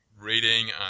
reading